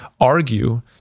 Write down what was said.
argue